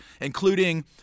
including